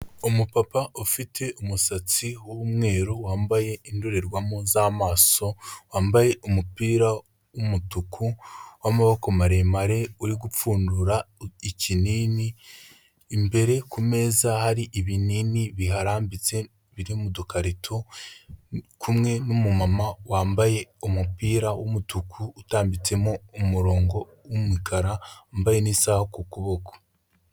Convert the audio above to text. Umupapa ufite umusatsi w'umweru, wambaye indorerwamo z'amaso, wambaye umupira w'umutuku w'amaboko maremare, uri gupfundura ikinini. Imbere ku meza hari ibinini biharambitse biri mu dukarito, kumwe n'umumama wambaye umupira w'umutuku utambitsemo umurongo w'umukara, wambaye n'isaha ku kuboko.